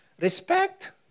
Respect